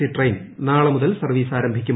C train നാളെ മുതൽ service ആരംഭിക്കും